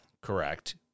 Correct